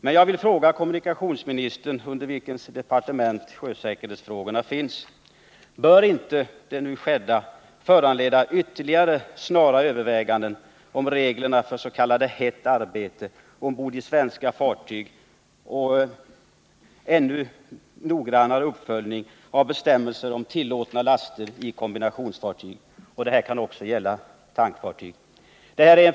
Men jag vill fråga kommunikationsministern, under vilkens departement säkerhetsfrågorna finns: Bör inte det nu skedda föranleda ytterligare snara överväganden om reglerna för s.k. hett arbete ombord på svenska fartyg och en ännu noggrannare uppföljning av bestämmelser om tillåtna laster i kombinationsfartyg och även i tankfartyg?